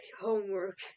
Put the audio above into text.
homework